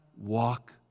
walk